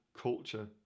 culture